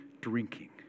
drinking